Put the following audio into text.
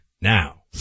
now